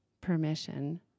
permission